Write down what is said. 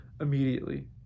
immediately